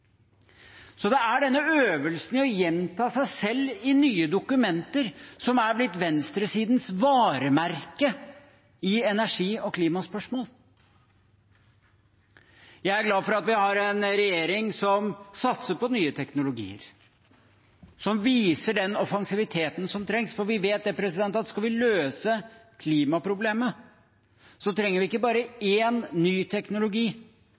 Så denne øvelsen i å gjenta seg selv i nye dokumenter har blitt venstresidens varemerke i energi- og klimaspørsmål. Jeg er glad for at vi har en regjering som satser på ny teknologi, og som viser den offensive holdningen som trengs, for vi vet at skal vi løse klimaproblemet, trenger vi ikke bare én ny teknologi